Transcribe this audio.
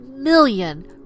million